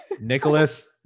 Nicholas